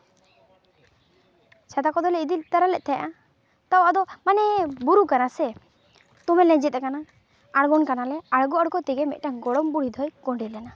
ᱪᱷᱟᱛᱟ ᱠᱚᱫᱚᱞᱮ ᱤᱫᱤ ᱛᱟᱨᱟᱞᱮᱫ ᱛᱟᱦᱮᱸᱜᱼᱟ ᱛᱚ ᱟᱫᱚ ᱢᱟᱱᱮ ᱵᱩᱨᱩ ᱠᱟᱱᱟ ᱥᱮ ᱫᱚᱢᱮ ᱞᱮᱸᱡᱮᱫ ᱟᱠᱟᱱᱟ ᱟᱬᱜᱚᱱ ᱠᱟᱱᱟᱞᱮ ᱟᱬᱜᱚ ᱟᱬᱜᱚ ᱛᱮᱜᱮ ᱢᱤᱫᱴᱟᱝ ᱜᱚᱲᱚᱢ ᱵᱩᱲᱦᱤ ᱫᱚᱭ ᱠᱚᱸᱰᱮᱞᱮᱱᱟ